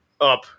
up